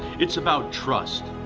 it's about trust,